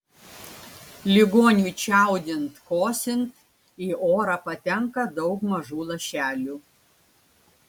ligoniui čiaudint kosint į orą patenka daug mažų lašelių